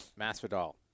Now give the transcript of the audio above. Masvidal